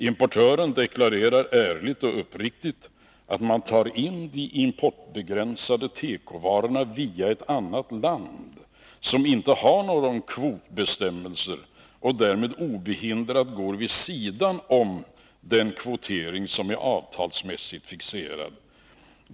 Importören deklarerar ärligt och uppriktigt att man tar in de importbegränsade tekovarorna via ett annat land, som inte har några kvotbestämmelser, och därmed obehindrat går vid sidan av den kvotering som är avtalsmässigt fixerad.